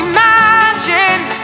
Imagine